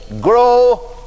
grow